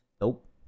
Nope